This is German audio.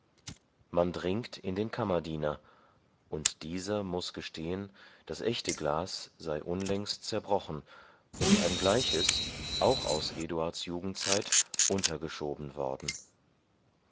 man dringt in den kammerdiener und dieser muß gestehen das echte glas sei unlängst zerbrochen und ein gleiches auch aus eduards jugendzeit untergeschoben worden